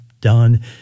done